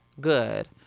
good